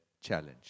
challenge